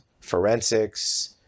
forensics